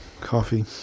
coffee